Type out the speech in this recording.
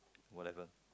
whatever